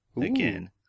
again